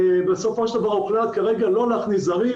בסופו של דבר הוחלט כרגע לא להכניס זרים,